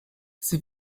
sie